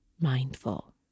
mindful